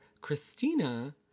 Christina